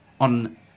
on